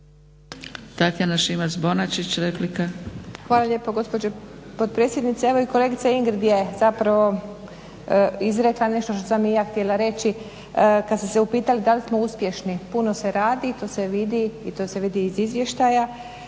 **Šimac Bonačić, Tatjana (SDP)** Hvala lijepa gospođo potpredsjednice. Evo, i kolegica Ingrid je zapravo izrekla nešto što sam i ja htjela reći, kad ste se upitali da li smo uspješni? Puno se radi i to se vidi iz izvještaja.